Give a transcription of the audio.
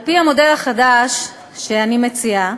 על-פי המודל החדש שאני מציעה,